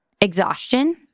exhaustion